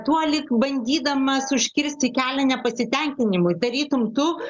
tuo lyg bandydamas užkirsti kelią nepasitenkinimui tarytum tu